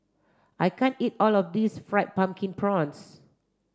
I can't eat all of this fried pumpkin prawns